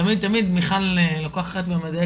את דיברת גם על פדופיליה,